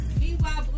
Meanwhile